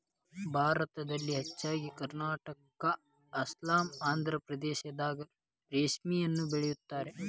ಭಾರತದಲ್ಲಿ ಹೆಚ್ಚಾಗಿ ಕರ್ನಾಟಕಾ ಅಸ್ಸಾಂ ಆಂದ್ರಪ್ರದೇಶದಾಗ ರೇಶ್ಮಿನ ಬೆಳಿತಾರ